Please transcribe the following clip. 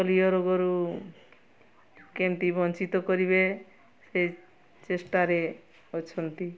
polio ରୋଗରୁ କେମିତି ବଞ୍ଚିତ କରିବେ ସେ ଚେଷ୍ଟାରେ ଅଛନ୍ତି